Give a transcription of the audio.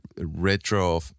retro